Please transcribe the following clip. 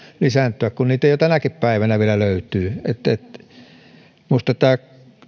lisääntyä kun niitä jo tänäkin päivänä löytyy minusta tämä